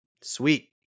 Sweet